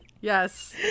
Yes